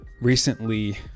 recently